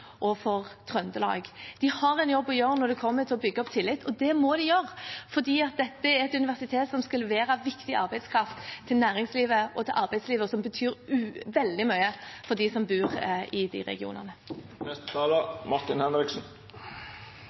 og Trøndelag. De har en jobb å gjøre når det gjelder å bygge opp tillit, og det må de gjøre, for dette er et universitet som skal levere viktig arbeidskraft til næringslivet og arbeidslivet, og som betyr veldig mye for dem som bor i de regionene.